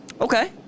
Okay